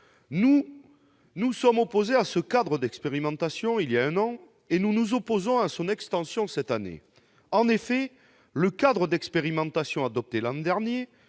nous nous sommes opposés, il y a un an, à ce cadre d'expérimentation, et nous nous opposons à son extension cette année. En effet, le cadre d'expérimentation adopté l'an dernier